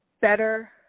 better